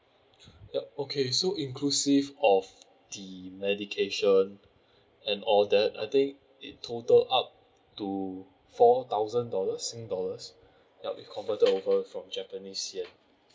yup okay so inclusive of the medication and all that I think it total up to four thousand dollars sing dollars ya converted over from japanese yen